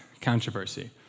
controversy